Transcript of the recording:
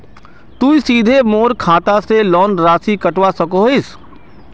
तुई सीधे मोर खाता से लोन राशि कटवा सकोहो हिस?